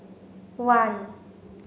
one